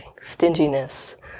stinginess